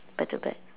back to back